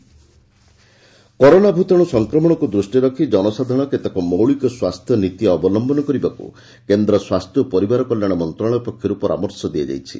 health advisory corona ଭୂତାଣୁ ସଂକ୍ରମଣକୁ ଦୃଷ୍ଟିରେ ରଖି ଜନସାଧାରଣ କେତେକ ମୌଳିକ ସ୍ୱାସ୍ଥ୍ୟ ନୀତି ଅବଲୟନ କରିବାକୁ କେନ୍ଦ୍ର ସ୍ୱାସ୍ଥ୍ୟ ଓ ପରିବାର କଲ୍ୟାଣ ମନ୍ତ୍ରଣାଳୟ ପକ୍ଷରୁ ପରାମର୍ଶ ଦିଆଯାଇଛି